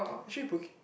actually booking